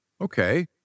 Okay